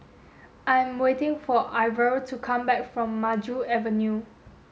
I'm waiting for Ivor to come back from Maju Avenue